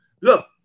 Look